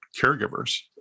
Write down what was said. caregivers